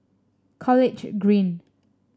College Green